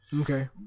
Okay